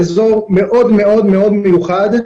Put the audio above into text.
זה אזור מאוד מאוד מאוד מיוחד,